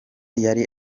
yari